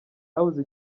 habuze